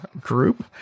Group